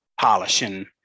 polishing